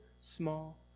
small